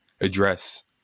address